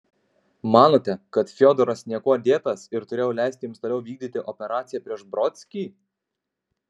manote kad fiodoras niekuo dėtas ir turėjau leisti jums toliau vykdyti operaciją prieš brodskį